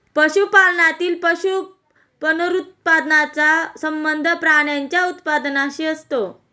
पशुपालनातील पशु पुनरुत्पादनाचा संबंध प्राण्यांच्या उत्पादनाशी असतो